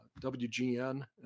WGN